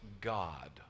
God